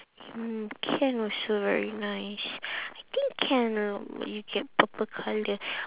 mm can also very nice I think can lor but you get purple colour